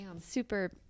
super